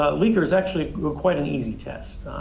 ah leaker is actually quite an easy test.